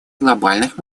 глобальных